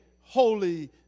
Holy